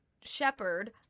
Shepard